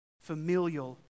familial